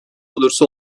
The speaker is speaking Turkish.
olursa